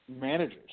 Managers